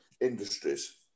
industries